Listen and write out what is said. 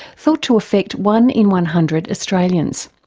thought to affect one in one hundred australians.